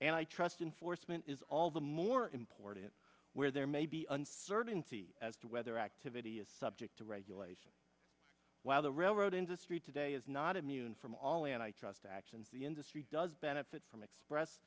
and i trust in forstmann is all the more important where there may be uncertainty as to whether activity is subject to regulation while the railroad industry today is not immune from all and i trust actions the industry does benefit from express